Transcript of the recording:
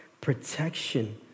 protection